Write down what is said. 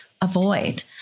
avoid